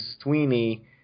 Sweeney